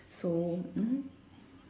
so mm